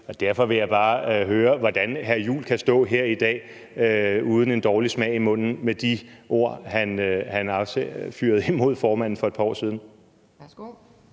derfor vil jeg bare høre, hvordan hr. Christian Juhl kan stå her i dag uden en dårlig smag i munden – med de ord, han affyrede imod formanden for et par år siden.